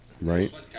Right